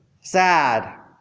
sad